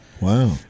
Wow